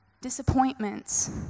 Disappointments